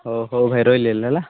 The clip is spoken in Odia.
ହଉ ହଉ ଭାଇ ରହିଲି ହେଲେ ହେଲା